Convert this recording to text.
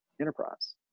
enterprise